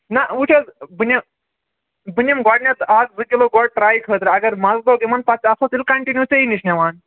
نہَ وُچھ حظ بہٕ نِمہٕ بہٕ نِمہٕ گۄڈٕنیتھ اَز زٕ کِلوٗ ٹرٛے خٲطرٕ اَگر مَزٕ لوٚگ یِمن پَتہٕ آسو تیٚلہِ کَنٹِنیٛوٗ ژےٚ نِش نِوان